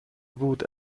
بود